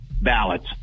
ballots